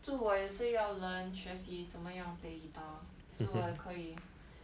所以我也是要 learn 学习怎么样 play guitar 所以我也可以